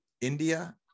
India